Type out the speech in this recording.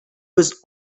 was